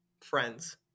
friends